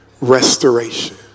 restoration